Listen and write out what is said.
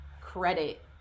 credit